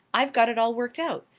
i've got it all worked out.